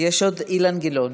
יש עוד אילן גילאון.